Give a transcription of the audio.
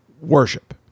worship